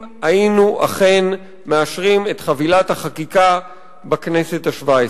היינו אכן מאשרים את חבילת החקיקה בכנסת השבע-עשרה.